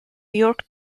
york